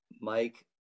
Mike